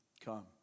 come